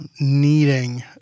needing